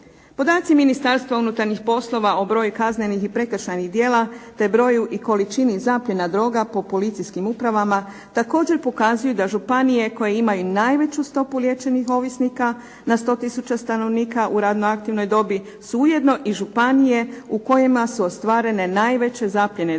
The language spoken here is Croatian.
Podaci Ministarstva unutarnjih poslova o broju kaznenih i prekršajnih djela te broju i količini zapljena droga po policijskim upravama također pokazuju da županije koje imaju najveću stopu liječenih ovisnika na 100 tisuća stanovnika u radno aktivnoj dobi su ujedno i županije u kojima su ostvarene najveće zapljene droga